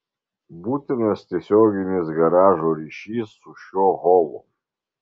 būtinas tiesioginis garažo ryšys su šiuo holu